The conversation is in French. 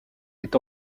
est